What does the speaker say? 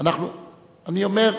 אני אומר: